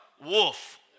wolf